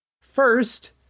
First